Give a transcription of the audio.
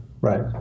Right